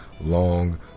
long